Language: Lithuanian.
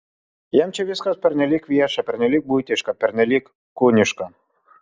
jam čia viskas pernelyg vieša pernelyg buitiška pernelyg kūniška